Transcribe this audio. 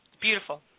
Beautiful